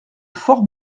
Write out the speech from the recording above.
fort